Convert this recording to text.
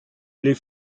les